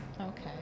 okay